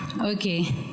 Okay